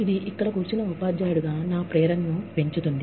ఇది ఇక్కడ కూర్చున్న ఉపాధ్యాయుడిగా నా ప్రేరణను పెంచుతుంది